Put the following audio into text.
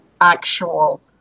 actual